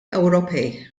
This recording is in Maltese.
ewropej